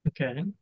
Okay